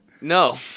No